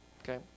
Okay